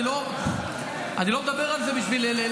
אני לא מדבר על זה בשביל לקבל,